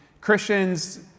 Christians